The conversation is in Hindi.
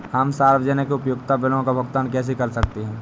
हम सार्वजनिक उपयोगिता बिलों का भुगतान कैसे कर सकते हैं?